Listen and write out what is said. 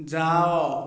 ଯାଅ